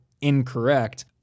incorrect